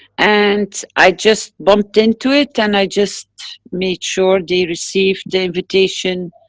and i just bumped into it, and i just made sure they receive the invitation,